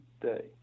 day